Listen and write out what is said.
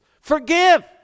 Forgive